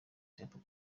temple